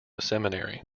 seminary